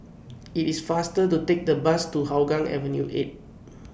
IT IS faster to Take The Bus to Hougang Avenue eight